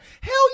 Hell